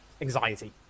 anxiety